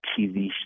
TV